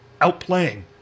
outplaying